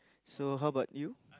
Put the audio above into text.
so how about you